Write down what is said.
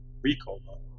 Recall